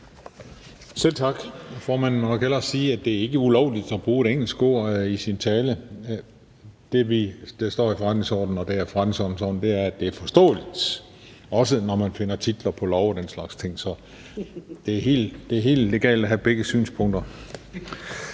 Selv tak. Formanden må nok hellere sige, at det ikke er ulovligt at bruge et engelsk ord i sin tale. Det, der står i forretningsordenen, er, at det skal være forståeligt, også når man omtaler titler på love og den slags ting. Det er helt legalt at bruge begge dele.